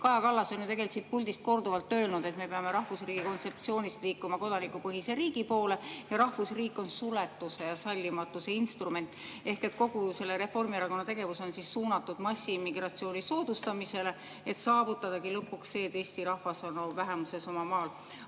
Kaja Kallas on siit puldist korduvalt öelnud, et me peame rahvusriigi kontseptsioonist liikuma kodanikupõhise riigi poole ning rahvusriik on suletuse ja sallimatuse instrument. Ehk kogu Reformierakonna tegevus on suunatud massiimmigratsiooni soodustamisele, et saavutada lõpuks see, et Eesti rahvas oleks vähemuses oma maal.